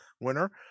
winner